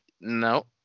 No